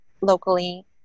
locally